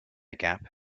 gap